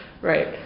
Right